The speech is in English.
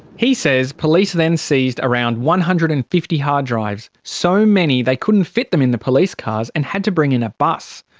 he says police then seized around one hundred and fifty hard drives, so many they couldn't fit them in the police cars and had to bring in a bus.